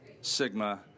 Sigma